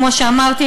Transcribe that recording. כמו שאמרתי,